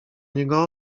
niego